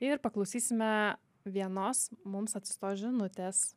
ir paklausysime vienos mums atsiųstos žinutės